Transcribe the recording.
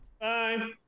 Bye